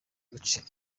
agaciro